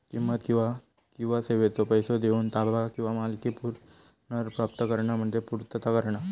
किंमत किंवा सेवेचो पैसो देऊन ताबा किंवा मालकी पुनर्प्राप्त करणा म्हणजे पूर्तता करणा